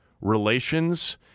relations